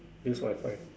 use Wifi